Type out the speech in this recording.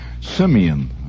Simeon